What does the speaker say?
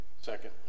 second